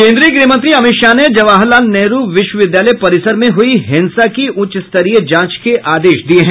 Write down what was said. केन्द्रीय गृहमंत्री अमित शाह ने जवाहर लाल नेहरू विश्वविद्यालय परिसर में हुई हिंसा की उच्च स्तरीय जांच के आदेश दिये हैं